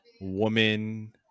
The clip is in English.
woman